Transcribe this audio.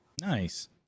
Nice